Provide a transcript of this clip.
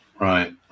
Right